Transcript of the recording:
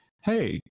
hey